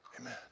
Amen